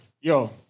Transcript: Yo